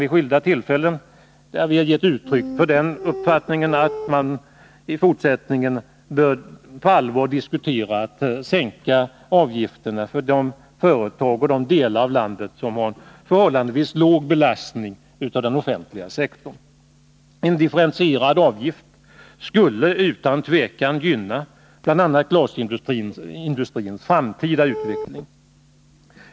Vi har sagt att man i fortsättningen på allvar bör diskutera att sänka avgifterna för de företag och delar av landet som i förhållandevis låg grad belastar den offentliga sektorn. En differentierad avgift skulle utan tvivel gynna bl.a. glasindustrins framtida utveckling.